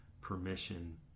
permission